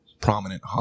prominent